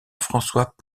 françois